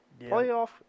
Playoff